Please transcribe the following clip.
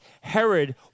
Herod